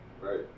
right